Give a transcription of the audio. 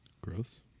Gross